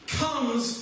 comes